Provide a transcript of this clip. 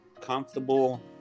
comfortable